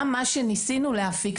גם מה שניסינו להפיק,